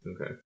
Okay